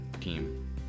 team